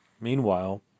Meanwhile